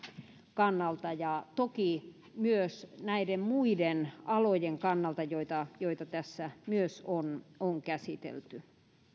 kannalta ja toki myös näiden muiden alojen kannalta joita joita tässä myös on on käsitelty